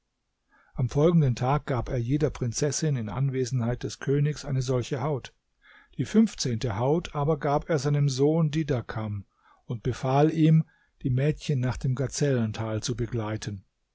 am folgenden tag gab er jeder prinzessin in anwesenheit des königs eine solche haut die fünfzehnte haut aber gab er seinem sohn didakam und befahl ihm die mädchen nach dem gazellental zu begleiten